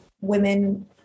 women